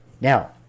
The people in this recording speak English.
now